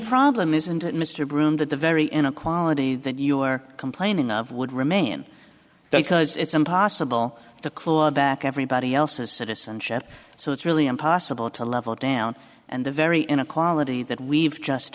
problem isn't it mr broom that the very end of quality that you are complaining of would remain there because it's impossible to claw back everybody else's citizenship so it's really impossible to level down and the very inequality that we've just